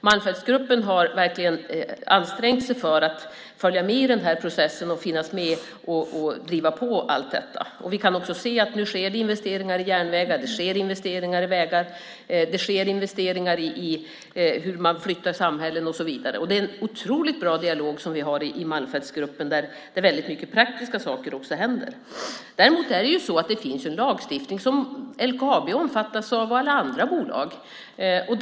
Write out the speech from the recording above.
Malmfältsgruppen har verkligen ansträngt sig för att följa med i processen, att finnas med och driva på allt detta. Vi kan se att det nu även sker investeringar i järnvägar och vägar, i hur man flyttar samhällen och så vidare. Vi har en oerhört bra dialog i Malmfältsgruppen, och det händer mycket praktiska saker. Det finns en lagstiftning som LKAB och alla andra bolag omfattas av.